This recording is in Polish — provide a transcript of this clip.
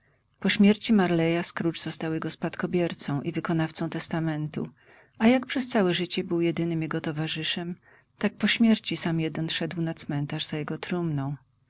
po śmierci marleya scrooge został jego spadkobiercą i wykonawcą testamentu a jak przez całe życie był jedynym jego towarzyszem tak po śmierci sam jeden szedł na cmentarz za jego trumną